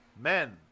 Men